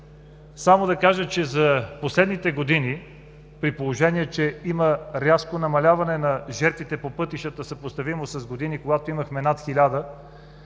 Само да кажа, че за последните години, при положение че има рязко намаляване на жертвите по пътищата, съпоставимо с години, когато имахме над